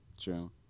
True